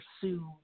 pursue